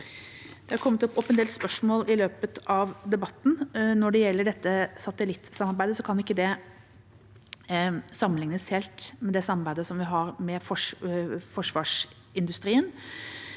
Det er kommet opp en del spørsmål i løpet av debatten. Når det gjelder satellittsamarbeidet, kan ikke det sammenlignes helt med det samarbeidet vi har med forsvarsindustrien,